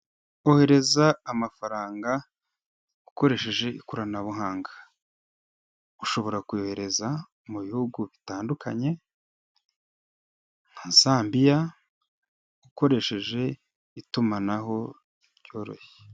Ohereza amafaranga ukoresheje ikoranabuhanga. Ushobora kohereza mu bihugu bitandukanye nka Zambiya, ukoresheje itumanaho ryoroshye.